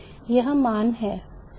यह मान है